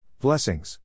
Blessings